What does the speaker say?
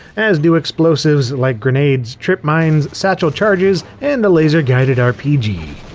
as do explosives like grenades, trip mines, satchel charges, and a laser-guided rpg.